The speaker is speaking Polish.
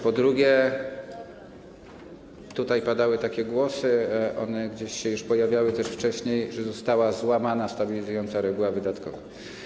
Po drugie, padały tutaj takie głosy, one gdzieś się już pojawiały też wcześniej, że została złamana stabilizująca reguła wydatkowa.